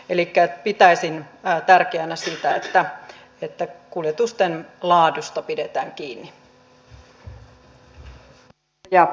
elikkä pitäisin tärkeänä sitä että kuljetusten laadusta pidetään kiinni